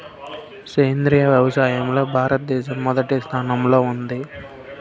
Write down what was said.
సేంద్రీయ వ్యవసాయంలో భారతదేశం మొదటి స్థానంలో ఉంది